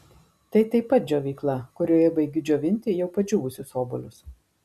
tai taip pat džiovykla kurioje baigiu džiovinti jau padžiūvusius obuolius